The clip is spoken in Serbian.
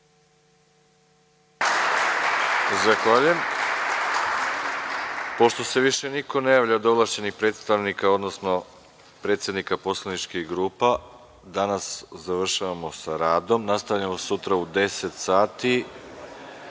Zahvaljujem. Pošto se više niko ne javlja od ovlašćenih predstavnika, odnosno predsednika poslaničkih grupa, danas završavamo sa radom. Nastavljamo sutra u 10.00 sati,